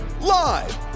live